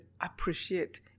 appreciate